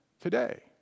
today